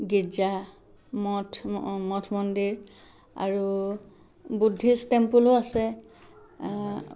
গীৰ্জা মঠ মঠ মন্দিৰ আৰু বুদ্ধিছ টেম্পুলো আছে